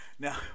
Now